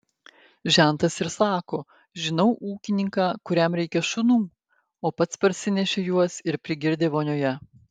žentas ir sako žinau ūkininką kuriam reikia šunų o pats parsinešė juos ir prigirdė vonioje